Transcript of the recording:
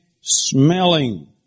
smelling